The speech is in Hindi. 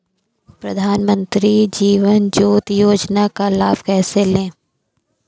प्रधानमंत्री जीवन ज्योति योजना का लाभ कैसे लें?